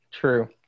true